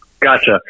Gotcha